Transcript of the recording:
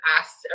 asked